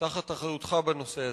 תחת אחריותך בנושא הזה.